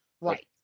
Right